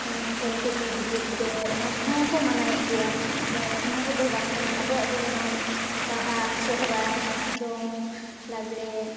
ᱥᱚᱨᱚᱥᱚᱛᱤ ᱫᱩᱨᱜᱟᱹ ᱯᱩᱡᱟᱹ ᱚᱱᱟ ᱠᱚᱦᱚᱸ ᱠᱚ ᱢᱟᱱᱟᱭᱮᱫ ᱜᱮᱭᱟ ᱛᱚ ᱚᱱᱟ ᱠᱚᱫᱚ ᱵᱟᱝ ᱠᱟᱱᱟ ᱟᱵᱚᱣᱟᱜ ᱫᱚ ᱠᱟᱱᱟ ᱵᱟᱦᱟ ᱥᱚᱦᱚᱨᱟᱭ ᱫᱚᱝ ᱞᱟᱜᱽᱲᱮ